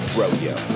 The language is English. Froyo